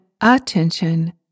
attention